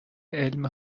علوم